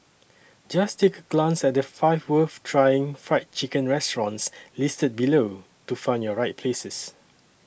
just take a glance at the five worth trying Fried Chicken restaurants listed below to find your right places